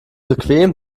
bequem